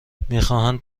میخواهند